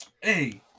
hey